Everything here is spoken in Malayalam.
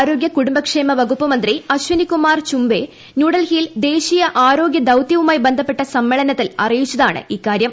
ആരോഗി കുടുംബക്ഷേമ വകുപ്പുമന്ത്രി അശ്വനി കുമാർ ചുംബെ ന്യൂഡൽഹിയിൽ ദേശീയ ആരോഗ്യ ദൌത്യവുമായി ബന്ധപ്പെട്ട സമ്മേളനത്തിൽ അറിയിച്ചതാണ് ഇക്കാര്യം